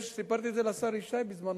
סיפרתי את זה לשר ישי, בזמנו,